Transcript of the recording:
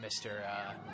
Mr